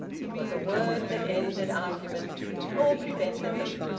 it was a word that ended arguments, or prevented them.